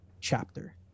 chapter